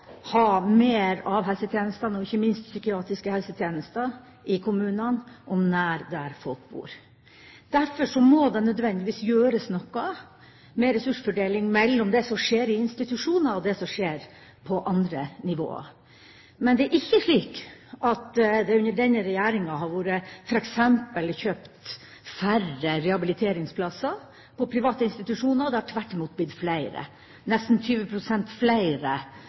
ha mer av helsetjenestene, ikke minst psykiatriske helsetjenester, i kommunene, og nær der folk bor. Derfor må det nødvendigvis gjøres noe med ressursfordelingen mellom det som skjer i institusjoner, og det som skjer på andre nivå. Men det er ikke slik at det under denne regjeringa f.eks. har blitt kjøpt færre rehabiliteringsplasser på private institusjoner; det har tvert imot blitt nesten 20 pst. flere